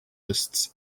lists